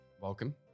welcome